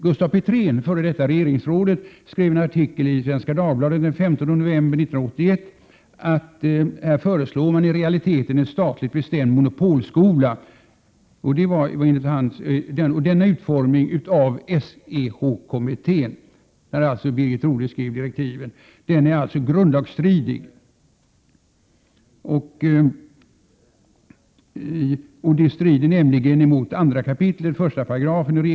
Gustaf Petrén, f. d. regeringsråd, skrev en artikel i Svenska Dagbladet den 15 november 1981 där han sade att ”en statligt bestämd monopolskola, som den föreslås utformad av SEH-kommittén är grundlagsstridig”. Petrén skriver vidare att detta strider mot ”informationsfrihet enligt 2 kap. 1 § RF.